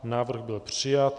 Návrh byl přijat.